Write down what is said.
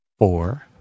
four